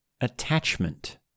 attachment